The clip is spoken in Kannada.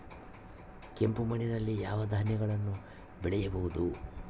ಕೆಂಪು ಮಣ್ಣಲ್ಲಿ ಯಾವ ಧಾನ್ಯಗಳನ್ನು ಬೆಳೆಯಬಹುದು?